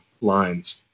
lines